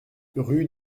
rue